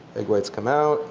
egg whites come out